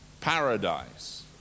paradise